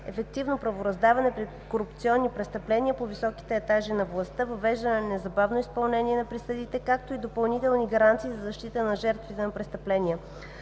ефективно правораздаване при корупционни престъпления по високите етажи на властта, въвеждане на незабавно изпълнение на присъдите, както и допълнителни гаранции за защита на жертвите на престъпления.